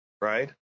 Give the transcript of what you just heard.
right